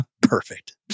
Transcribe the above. Perfect